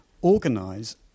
organise